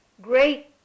great